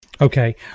Okay